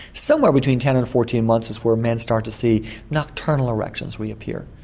somewhere between ten and fourteen months is where men start to see nocturnal erections reappear.